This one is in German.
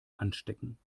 anstecken